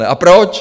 A proč?